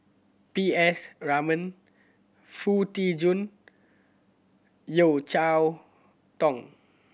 P S Raman Foo Tee Jun Yeo Cheow Tong